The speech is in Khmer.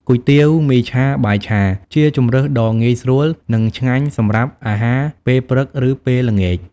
គុយទាវ មីឆា បាយឆា ជាជម្រើសដ៏ងាយស្រួល និងឆ្ងាញ់សម្រាប់អាហារពេលព្រឹក ឬពេលល្ងាច ។